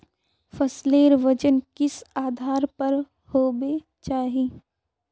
फसलेर वजन किस आधार पर होबे चही?